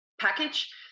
package